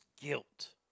guilt